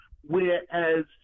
whereas